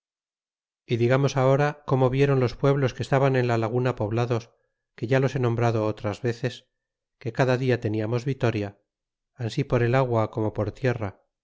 y digamos agora como vieron los pueblos que estaban en la laguna poblados que ya tos he nombrado otras veces que cada dia i eniarnos vitoria ansi por el agua como por tierra